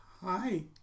Hi